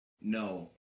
no